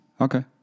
Okay